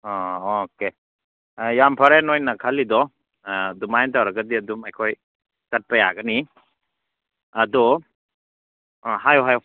ꯑꯥ okay ꯌꯥꯝ ꯐꯔꯦ ꯅꯈꯣꯏꯅ ꯈꯜꯂꯤꯗꯣ ꯑꯗꯨꯃꯥꯏꯅ ꯇꯧꯔꯒꯗꯤ ꯑꯗꯨꯝ ꯑꯩꯈꯣꯏ ꯆꯠꯄ ꯌꯥꯒꯅꯤ ꯑꯗꯣ ꯍꯥꯏꯌꯣ ꯍꯥꯏꯌꯣ